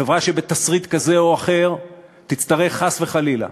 חברה שבתסריט כזה או אחר תצטרך חס וחלילה,